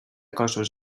cossos